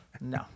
No